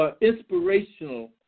inspirational